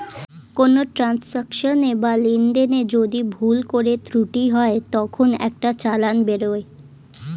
কোনো ট্রান্সাকশনে বা লেনদেনে যদি ভুল করে ত্রুটি হয় তখন একটা চালান বেরোয়